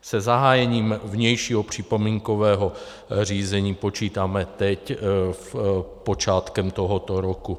Se zahájením vnějšího připomínkového řízení počítáme teď počátkem tohoto roku.